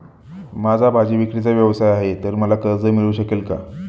माझा भाजीविक्रीचा व्यवसाय आहे तर मला कर्ज मिळू शकेल का?